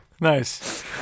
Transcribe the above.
Nice